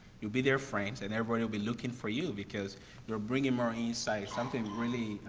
you'll be their friends and everybody will be looking for you because you're bringing more insight, something really,